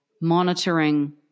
monitoring